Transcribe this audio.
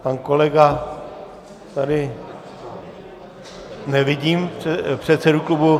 Pan kolega tady... nevidím předsedu klubu.